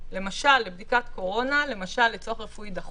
למשל לבדיקת קורונה, למשל לצורך רפואי דחוף.